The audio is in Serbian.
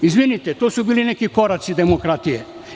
Izvinite, to su bili neki koraci demokratije.